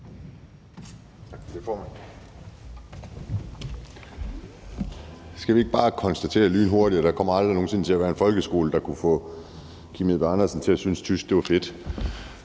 Skal vi ikke bare lynhurtigt konstatere, at der aldrig nogen sinde kommer til at være en folkeskole, der ville kunne få Kim Edberg Andersen til at synes, at tysk var fedt?